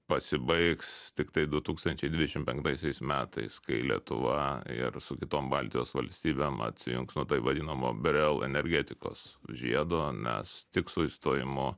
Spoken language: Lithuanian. pasibaigs tiktai du tūkstančiai dvidešim penktaisiais metais kai lietuva ir su kitom baltijos valstybėm atsijungs nuo taip vadinamo berel energetikos žiedo mes tik su išstojimu